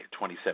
2017